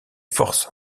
forces